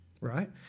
right